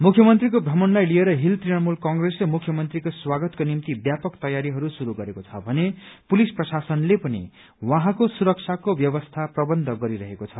मुख्यमन्त्रीको थ्रमणलाई लिएर हील तृणमूल कंग्रेसले मुख्यमन्त्रीको स्वागतको निम्ति व्यापक तयारीहरू शुरू गरेको छ भने पुलिस प्रशासनले पनि उहाँको सुरक्षाको व्यवस्था प्रवन्थ गरी रहेको छ